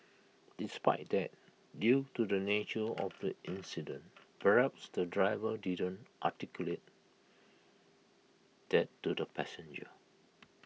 despite that due to the nature of the incident perhaps the driver didn't articulate that to the passenger